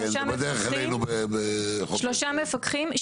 שלושה מפקחים,